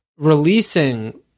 Releasing